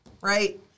right